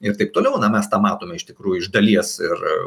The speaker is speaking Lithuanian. ir taip toliau na mes tą matome iš tikrųjų iš dalies ir